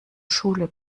schule